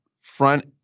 front